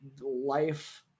life